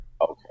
Okay